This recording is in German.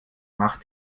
mach